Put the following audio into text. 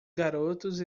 garotos